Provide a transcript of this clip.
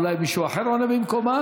אולי מישהו אחר עונה במקומה?